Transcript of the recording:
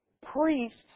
priests